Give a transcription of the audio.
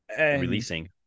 releasing